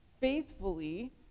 faithfully